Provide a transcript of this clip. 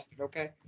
okay